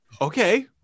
Okay